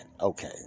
Okay